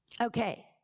Okay